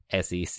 SEC